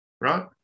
right